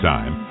Time